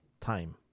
time